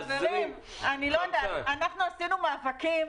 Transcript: עשינו מאבקים